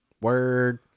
Word